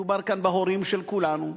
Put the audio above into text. מדובר כאן בהורים של כולנו,